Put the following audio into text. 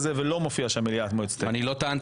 אני אענה